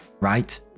right